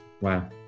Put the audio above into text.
wow